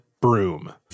broom